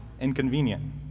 inconvenient